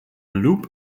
loop